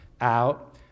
out